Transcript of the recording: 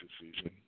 decision